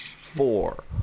four